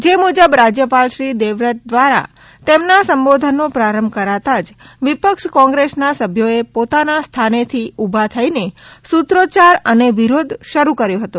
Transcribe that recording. જે મુજબ રાજ્યપાલશ્રી દેવવ્રત દ્વારા તેમના સંબોધનનો પ્રારંભ કરાતા જ વિપક્ષ કોંગ્રેસ ના સભ્યોએ પોતાનાસ્થાને થી ઉભા થઈને સૂત્રો યાર અને વિરોધ શરૂ કર્યો હતો